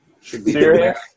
Serious